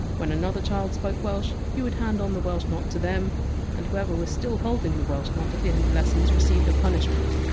when another child spoke welsh, you would hand on the welsh not to them and whoever was still holding the welsh not at the end of lessons received a punishment.